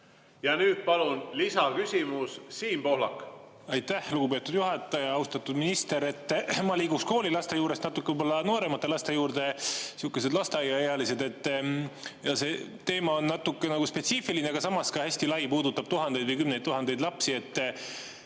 Nüüd palun lisaküsimus, Siim Pohlak! Aitäh, lugupeetud juhataja! Austatud minister! Ma liiguksin koolilaste juurest natuke nooremate laste juurde, sihukesed lasteaiaealised. See teema on natuke spetsiifiline, aga samas ka hästi lai: puudutab tuhandeid või kümneid tuhandeid lapsi. See